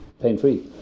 pain-free